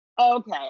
okay